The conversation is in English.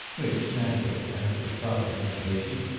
which natalie, after a proper hesitation,